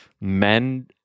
men